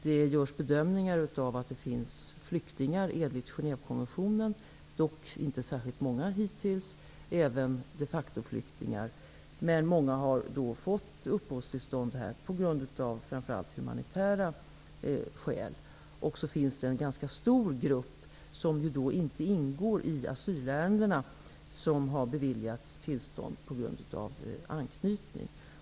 Det görs bedömningar att det finns de som är flyktingar enligt Genèvekonventionen -- dock inte särskilt många hittills -- och även de som är de facto-flyktingar, men många har fått uppehållstillstånd av framför allt humanitära skäl. Det finns också en ganska stor grupp, som inte ingår i asylärendena, som har beviljats tillstånd på grund av anknytning.